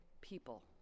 people